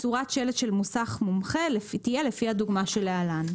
"צורת שלט של מוסך מומחה תהיה לפי הדוגמה שלהלן".